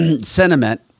sentiment